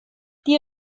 die